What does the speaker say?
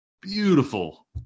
beautiful